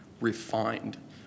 refined